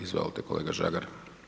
Izvolite, kolega Žagar.